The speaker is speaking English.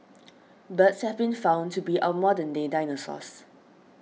birds have been found to be our modern day dinosaurs